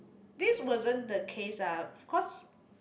this wasn't the case ah cause